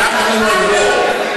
ואנחנו אומרים לו לא.